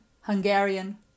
Hungarian